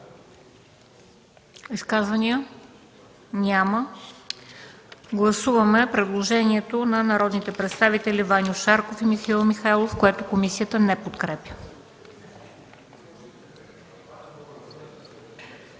Изказвания? Няма. Гласуваме предложението на народните представители Ваньо Шарков и Михаил Михайлов, което комисията не подкрепя.